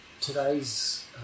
today's